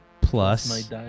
plus